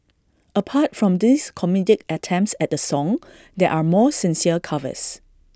apart from these comedic attempts at the song there are more sincere covers